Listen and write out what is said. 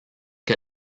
que